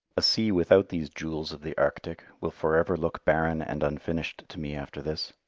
a sea without these jewels of the arctic will forever look barren and unfinished to me after this.